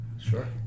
Sure